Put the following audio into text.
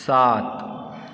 सात